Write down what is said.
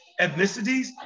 ethnicities